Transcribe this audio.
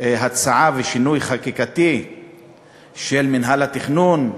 הצעה ושינוי חקיקתי על מינהל התכנון,